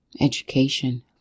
Education